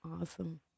Awesome